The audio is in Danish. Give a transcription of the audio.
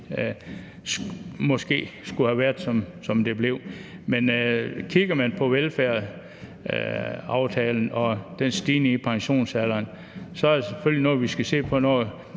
lige skulle have været, som det blev. Kigger man på velfærdsaftalen og den stigning i pensionsalderen, er det selvfølgelig noget, vi skal se på, når